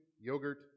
yogurt